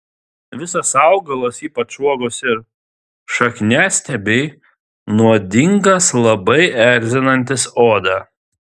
visas augalas ypač uogos ir šakniastiebiai nuodingas labai erzinantis odą